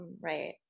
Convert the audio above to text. right